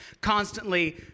constantly